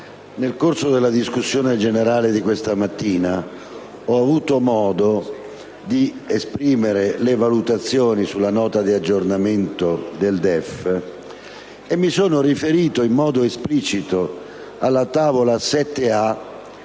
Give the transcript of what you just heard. nel corso della discussione di questa mattina ho avuto modo di esprimere le mie valutazioni sulla Nota di aggiornamento del DEF e mi sono riferito in modo esplicito alla tavola 7a,